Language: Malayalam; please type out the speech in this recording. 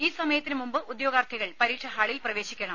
ഈ സമയത്തിന് മുമ്പ് ഉദ്യോഗാർത്ഥികൾ പരീക്ഷാ ഹാളിൽ പ്രവേശിക്കണം